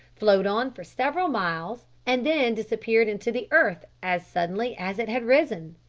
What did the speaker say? flowed on for several miles, and then disappeared into the earth as suddenly as it had risen.